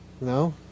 No